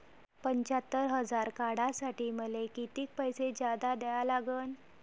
पंच्यात्तर हजार काढासाठी मले कितीक पैसे जादा द्या लागन?